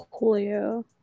Coolio